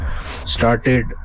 started